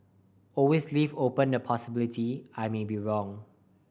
always leave open the possibility I may be wrong